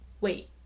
wait